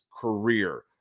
career